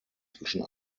zwischen